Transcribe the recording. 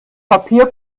papier